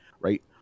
Right